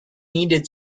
needed